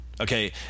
Okay